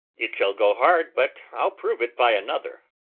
it shall go hard but i'll prove it by another.